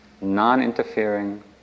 non-interfering